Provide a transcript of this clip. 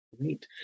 Great